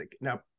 Now